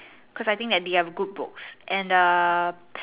cause I think that have good books and err